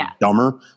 dumber